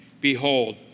Behold